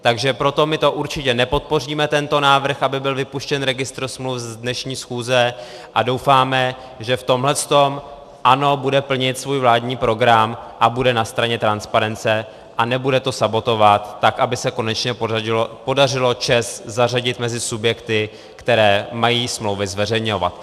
Takže proto my určitě nepodpoříme návrh, aby byl vypuštěn registr smluv z dnešní schůze, a doufáme, že v tomhle ANO bude plnit svůj vládní program a bude na straně transparence a nebude to sabotovat, tak aby se konečně podařilo ČEZ zařadit mezi subjekty, které mají smlouvy zveřejňovat.